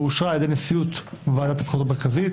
ואושרה על ידי נשיאות ועדת הבחירות המרכזית,